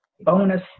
bonus